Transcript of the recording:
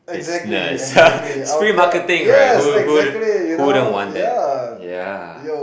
business it's free marketing right who who who wouldn't want that ya